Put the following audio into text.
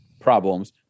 problems